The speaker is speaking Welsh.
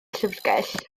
llyfrgell